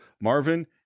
Marvin